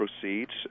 proceeds